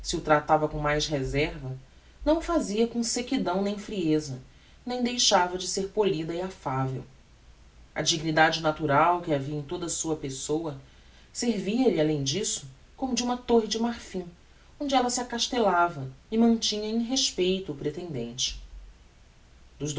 o tratava com mais reserva não o fazia com sequidão nem frieza nem deixava de ser polida e affavel a dignidade natural que havia em toda a sua pessoa servia lhe além disso como de uma torre de marfim onde ella se acastellava e mantinha em respeito o pretendente